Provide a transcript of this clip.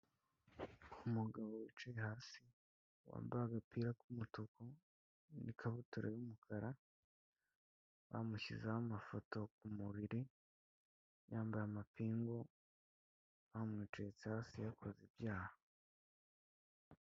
Umugabo wicaye hasi wambaye agapira k'umutuku n'ikabutura y'umukara bamushyizeho amafoto ku mubiri, yambaye amapingu bamucuritse hasi yakoze ibyaha.